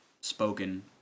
spoken